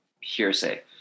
hearsay